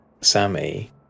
Sammy